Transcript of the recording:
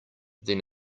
then